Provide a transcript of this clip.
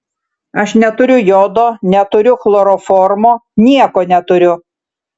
aš neturiu jodo neturiu chloroformo nieko neturiu